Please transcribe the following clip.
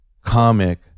comic